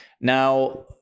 Now